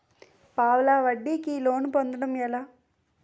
పావలా వడ్డీ కి లోన్ పొందటం ఎలా?